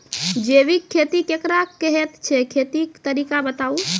जैबिक खेती केकरा कहैत छै, खेतीक तरीका बताऊ?